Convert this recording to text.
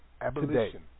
Abolition